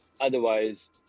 Otherwise